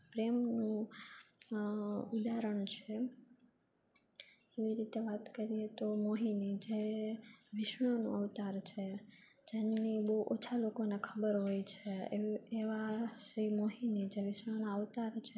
પ્રેમનું ઉદાહરણ છે એવી રીતે વાત કરીએ તો મોહિની જે વિષ્ણુનો અવતાર છે જેમની બહુ ઓછા લોકોને ખબર હોય છે એવ એવા શ્રી મોહિની જે વિષ્ણુનો અવતાર છે